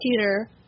Peter